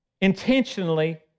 intentionally